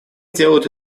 делают